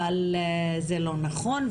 אבל זה לא נכון.